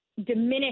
diminish